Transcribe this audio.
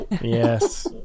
Yes